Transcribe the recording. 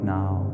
now